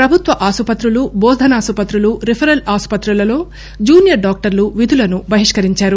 ప్రభుత్వాసుపత్రులు బోధనాసుపత్రులు రిఫరెల్ ఆస్పత్రుల్లో జూనియర్ డాక్టర్లు విధులను బహిష్కరించారు